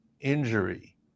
injury